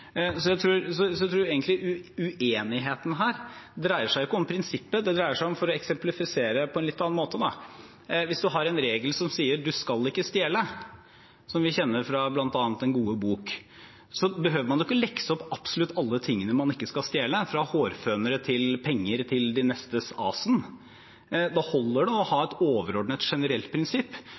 uenigheten her ikke dreier seg om prinsippet. Det dreier seg om – for å eksemplifisere på en litt annen måte – at hvis man har en regel som sier at du skal ikke stjele, som vi kjenner fra bl.a. Den gode bok, behøver man jo ikke lekse opp absolutt alle tingene man ikke skal stjele, fra hårfønere til penger til din nestes asen. Da holder det å ha et overordnet, generelt prinsipp.